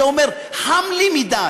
אתה אומר: חם לי מדי,